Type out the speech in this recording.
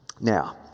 Now